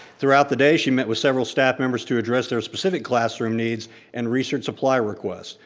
throughout the day she met with several staff members to address their specific classroom needs and researched supply requests.